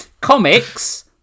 Comics